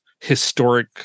historic